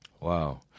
Wow